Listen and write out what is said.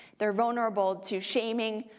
they're vulnerable to shaming,